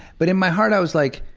but in my heart i was like,